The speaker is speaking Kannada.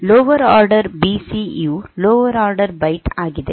lower order B C U lower order byte ಆಗಿದೆ